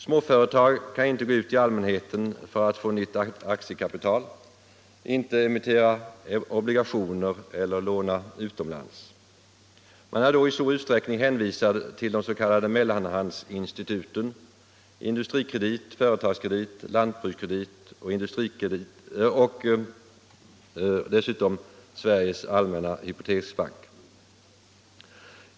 Småföretag kan inte gå ut till allmänheten för att få nytt aktiekapital, inte emittera obligationer eller låna utomlands. Man är då i stor utsträckning hänvisad till de s.k. mellanhandsinstituten Industrikredit, Företagskredit, Lantbrukskredit och dessutom Sveriges Allmänna Hypoteksbank.